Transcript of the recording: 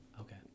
Okay